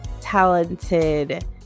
talented